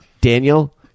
Daniel